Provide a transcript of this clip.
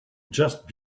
just